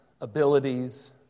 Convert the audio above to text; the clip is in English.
abilities